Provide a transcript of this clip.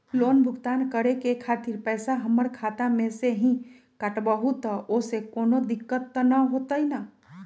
Loan भुगतान करे के खातिर पैसा हमर खाता में से ही काटबहु त ओसे कौनो दिक्कत त न होई न?